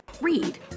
Read